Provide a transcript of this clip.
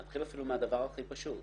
אני מציעה שמשרד המשפטים יתייחס.